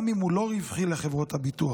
גם אם הוא לא רווחי לחברות הביטוח.